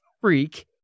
freak